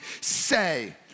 say